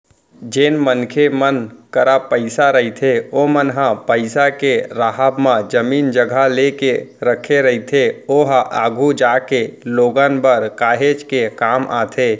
जेन मनखे मन करा पइसा रहिथे ओमन ह पइसा के राहब म जमीन जघा लेके रखे रहिथे ओहा आघु जागे लोगन बर काहेच के काम आथे